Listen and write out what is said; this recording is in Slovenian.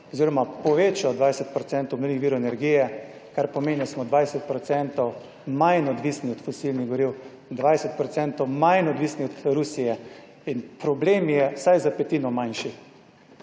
oziroma povečal 20 % obnovljivih virov energije, kar pomeni, da smo 20 % manj odvisni od fosilnih goriv, 20 % manj odvisni od Rusije in problem je vsaj za petino manjši.